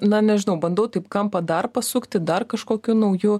na nežinau bandau taip kampą dar pasukti dar kažkokiu nauju